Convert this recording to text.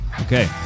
Okay